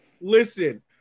Listen